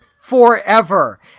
forever